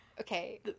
Okay